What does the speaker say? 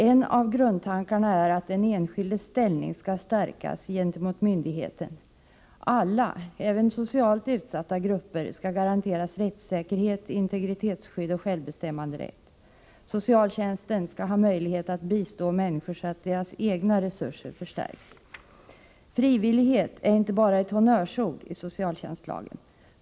En av grundtankarna är att den enskildes ställning skall stärkas gentemot myndigheten. Alla — även socialt utsatta grupper — skall garanteras rättssäkerhet, integritetsskydd och självbestämmanderätt. Socialtjänsten skall ha möjlighet att bistå människor så att deras egna resurser förstärks. Frivillighet är inte bara ett honnörsord i socialtjänstlagen.